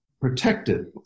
protected